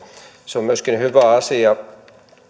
se on myöskin hyvä asia